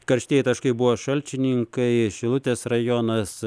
karštieji taškai buvo šalčininkai šilutės rajonas